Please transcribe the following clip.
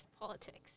politics